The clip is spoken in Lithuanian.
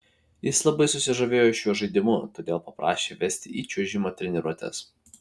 jis labai susižavėjo šiuo žaidimu todėl paprašė vesti į čiuožimo treniruotes